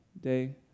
day